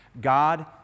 God